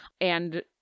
And-